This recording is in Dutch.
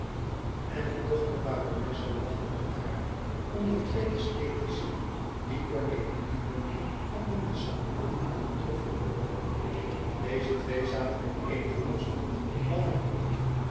en de dochter baronesse lachten met haar om de twee esthetischen die cornélie dien morgen al in den salon had aangetroffen deze twee zaten op eenigen afstand lang en hoekig